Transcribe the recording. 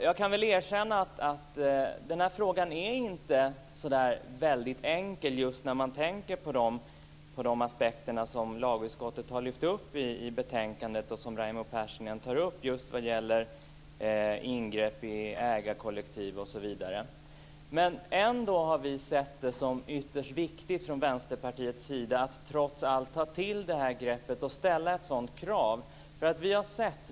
Jag kan erkänna att den här frågan inte är så där väldigt enkel, när man tänker på de aspekter som lagutskottet har lyft fram i betänkandet och som Raimo Pärssinen tar upp, t.ex. ingrepp i ägarkollektiv. Ändå har vi från Vänsterpartiets sida sett det som ytterst viktigt att trots allt ta till detta grepp och ställa ett sådant här krav.